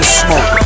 smoke